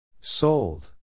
Sold